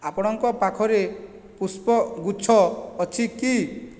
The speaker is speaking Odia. ଆପଣଙ୍କ ପାଖରେ ପୁଷ୍ପଗୁଚ୍ଛ ଅଛି କି